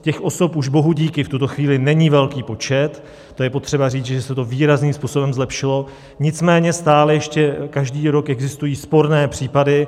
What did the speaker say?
Těch osob už bohudíky v tuto chvíli není velký počet, to je potřeba říct, že se to výrazným způsobem zlepšilo, nicméně stále ještě každý rok existují sporné případy.